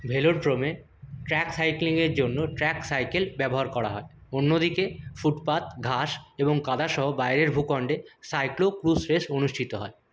ভেলোড্রোমে track সাইকেলের জন্য track cycle ব্যবহার করা হয় অন্যদিকে ফুটপাথ ঘাস এবং কাদা সহ বাইরের ভূখণ্ডে সাইক্লো ক্রস রেস অনুষ্ঠিত হয়